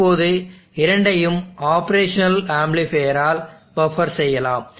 இப்போது இரண்டையும் ஆப்ரேஷனல் ஆம்ப்ளிஃபையரால் பஃப்பர் செய்யலாம்